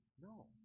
no